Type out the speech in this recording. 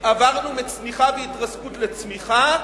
עברו מצניחה והתרסקות לצמיחה,